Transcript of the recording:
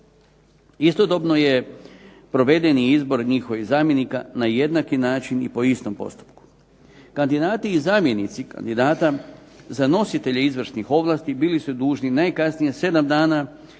Istodobno je proveden i izbor njihovih zamjenika, na jednaki način i po istom postupku. Kandidati i zamjenici kandidat za nositelje izvršnih ovlasti bili su dužni najkasnije sedam dana prije